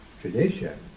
tradition